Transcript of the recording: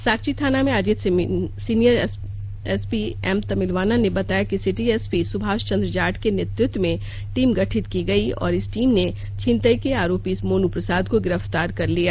साकची थाना में आयोजित सीनियर एसपी एम तमिलवानन ने बताया कि सिटी एसपी सुभाष चंद्र जाट के नेतृत्व में टीम गठित की गई और इस टीम ने छीनताई के आरोपी मोनू प्रसाद को गिरफ्तार कर लिया